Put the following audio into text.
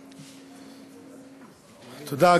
תודה.